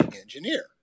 engineer